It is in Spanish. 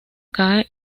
cae